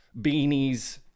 beanies